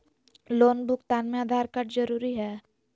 Loan भुगतान में Aadhaar card जरूरी है?